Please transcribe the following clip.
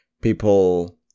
people